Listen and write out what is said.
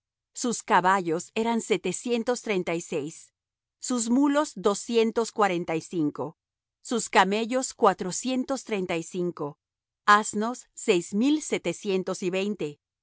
sus caballos eran setecientos treinta y seis sus mulos doscientos cuarenta y cinco sus camellos cuatrocientos treinta y cinco asnos seis mil setecientos y veinte